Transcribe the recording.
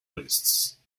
lists